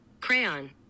Crayon